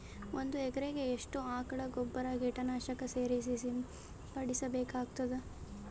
ಒಂದು ಎಕರೆಗೆ ಎಷ್ಟು ಆಕಳ ಗೊಬ್ಬರ ಕೀಟನಾಶಕ ಸೇರಿಸಿ ಸಿಂಪಡಸಬೇಕಾಗತದಾ?